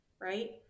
right